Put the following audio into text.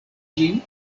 ĝin